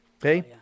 okay